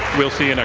we'll see and